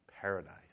paradise